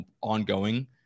ongoing